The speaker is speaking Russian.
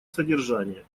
содержание